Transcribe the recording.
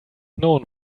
known